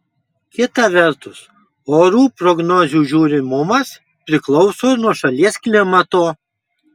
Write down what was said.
kita vertus orų prognozių žiūrimumas priklauso ir nuo šalies klimato